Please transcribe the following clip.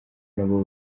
nabo